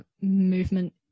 movement